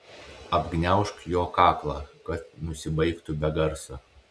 apgniaužk jo kaklą kad nusibaigtų be garso